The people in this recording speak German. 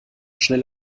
schnell